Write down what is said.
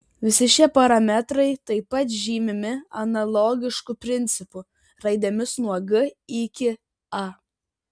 visi šie parametrai taip pat žymimi analogišku principu raidėmis nuo g iki a